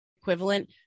equivalent